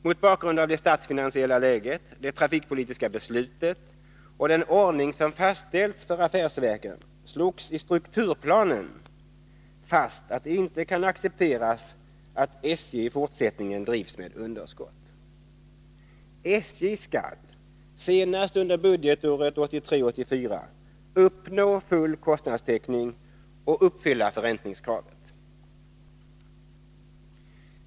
Mot bakgrund av det statsfinansiella läget, det trafikpolitiska beslutet och den ordning som fastställs för affärsverken slogs i strukturplanen fast att det inte kan accepteras att SJ i fortsättningen drivs med underskott. SJ skall senast under budgetåret 1983/84 uppnå full kostnadstäckning och uppfylla förräntningskravet.